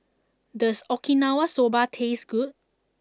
does Okinawa Soba taste good